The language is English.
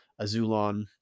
Azulon